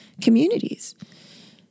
communities